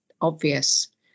obvious